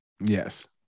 Yes